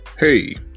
Hey